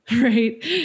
right